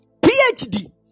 PhD